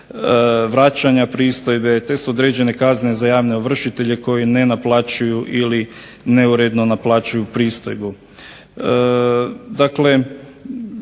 vraćanja pristojbe te su određene kazne za javne ovršitelje koji ne naplaćuju ili neuredno naplaćuju pristojbu.